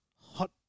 hot